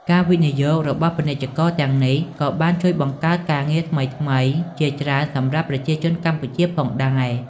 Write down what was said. ការវិនិយោគរបស់ពាណិជ្ជករទាំងនេះក៏បានជួយបង្កើតការងារថ្មីៗជាច្រើនសម្រាប់ប្រជាជនកម្ពុជាផងដែរ។